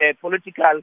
political